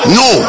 no